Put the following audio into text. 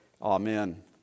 Amen